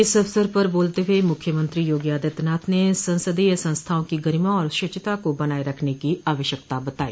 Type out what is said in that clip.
इस अवसर पर बोलते हुए मुख्यमंत्री योगी आदित्यनाथ ने संसदीय संस्थाओं की गरिमा और शचिता को बनाये रखने की आवश्यकता बताई